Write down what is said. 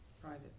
private